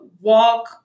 walk